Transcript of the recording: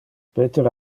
peter